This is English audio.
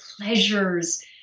pleasures